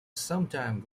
sometimes